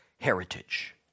heritage